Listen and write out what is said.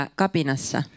kapinassa